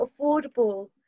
affordable